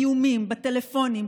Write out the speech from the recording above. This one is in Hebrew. איומים בטלפונים,